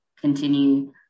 continue